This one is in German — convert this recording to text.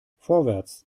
vorwärts